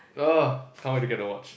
uh can't wait to get the watch